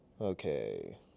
Okay